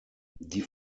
die